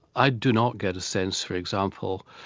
i do not get a sense for example,